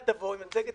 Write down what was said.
אל תבוא עם מצגת,